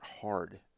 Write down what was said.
hard